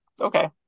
okay